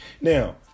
Now